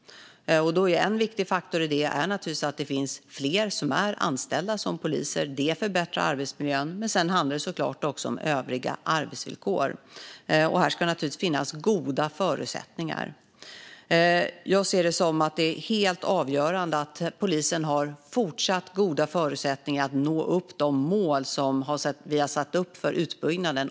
En viktig faktor i detta är att det finns fler anställda poliser. Det förbättrar arbetsmiljön. Sedan handlar det såklart också om övriga arbetsvillkor, där det naturligtvis ska finnas goda förutsättningar. Jag ser det som helt avgörande att polisen har fortsatt goda förutsättningar att nå de mål som vi har satt upp för utbyggnaden.